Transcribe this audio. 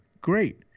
Great